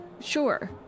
Sure